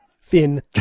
Finn